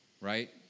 Right